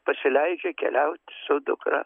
pasileidžia keliaut su dukra